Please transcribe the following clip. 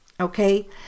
Okay